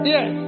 Yes